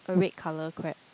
a red colour crab